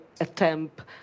attempt